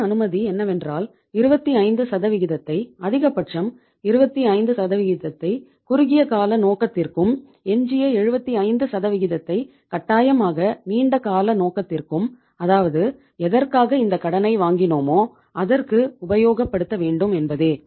ஒரே அனுமதி என்னவென்றால் 25 சதவிகிதத்தை அதிகபட்சம் 25ஐ குறுகிய கால நோக்கத்திற்கும் எஞ்சிய 75 சதவிகிதத்தை கட்டாயமாக நீண்டகால நோக்கத்திற்கும் அதாவது எதற்காக இந்த கடனை வாங்கினோமோ அதற்கு உபயோகப்படுத்த வேண்டும் என்பதே